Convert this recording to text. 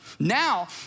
Now